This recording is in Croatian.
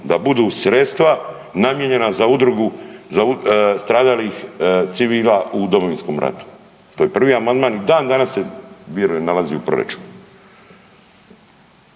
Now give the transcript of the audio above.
da budu sredstva namijenjena za Udrugu stradalih civila u Domovinskom ratu. To je prvi amandman i dan danas se vjerujem nalazi u proračunu.